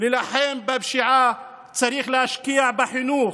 להילחם בפשיעה צריך להשקיע בחינוך,